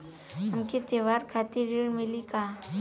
हमके त्योहार खातिर ऋण मिली का?